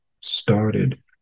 started